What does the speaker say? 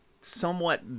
somewhat